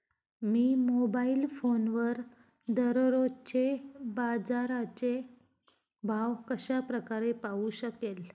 मी mobile फोनवर दररोजचे बाजाराचे भाव कशा प्रकारे पाहू शकेल?